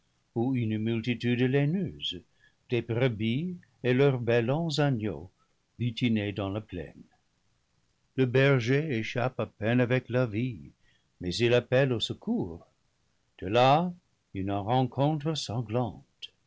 une multitude laineuse des brebis et leurs bêlants agneaux butinés dans la plaine le berger échappe à peine avec la vie mais il appelle au secours de là une rencontre sanglante